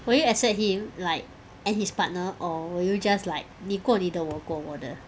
will you accept him like and his partner or will you just like 你过你的我过我的